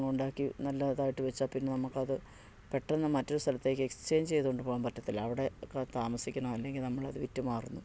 ഉണ്ടാക്കി നല്ലതായിട്ട് വച്ചാൽ പിന്നെ നമുക്ക് അത് പെട്ടെന്ന് മറ്റൊരു സ്ഥലത്തേക്ക് എക്സ്ചേഞ്ച് ചെയ്തുകൊണ്ട് പോകാൻ പറ്റത്തില്ല അവിടെ ഒക്കെ താമസിക്കണം അല്ലെങ്കിൽ നമ്മൾ അത് വിറ്റു മാറുന്നു